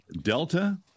Delta